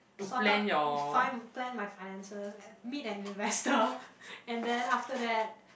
sort out is find and plan my finances and meet an investor and then after that